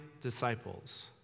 disciples